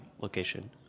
location